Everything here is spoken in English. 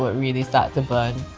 really start to burn.